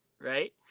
right